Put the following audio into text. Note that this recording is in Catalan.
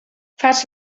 fas